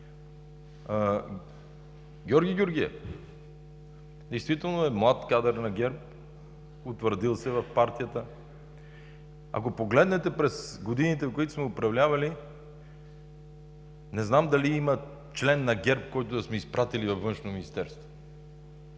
Георг Георгиев действително е млад кадър на ГЕРБ, утвърдил се в партията. Ако погледнете през годините, в който сме управлявали, не знам дали има член на ГЕРБ, който да сме изпратили във Външно министерство.